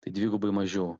tai dvigubai mažiau